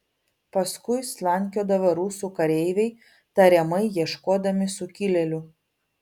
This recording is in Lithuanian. paskui slankiodavo rusų kareiviai tariamai ieškodami sukilėlių